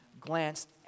glanced